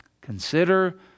Consider